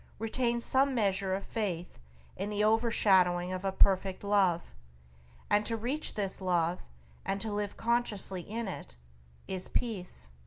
retain some measure of faith in the overshadowing of a perfect love and to reach this love and to live consciously in it is peace.